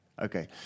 Okay